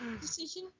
decision